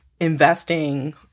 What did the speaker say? investing